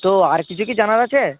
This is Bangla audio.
তো আর কিছু কি জানার আছে